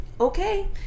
okay